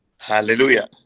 Hallelujah